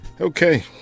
Okay